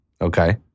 Okay